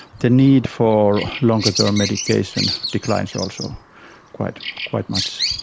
the need for longer term medication declines also quite quite much.